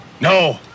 No